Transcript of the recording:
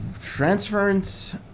Transference